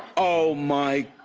oh my